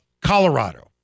Colorado